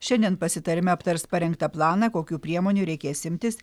šiandien pasitarime aptars parengtą planą kokių priemonių reikės imtis